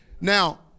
Now